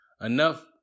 Enough